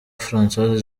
francois